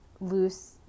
loose